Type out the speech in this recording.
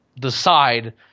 decide